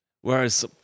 Whereas